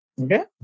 Okay